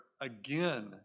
again